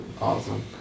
Awesome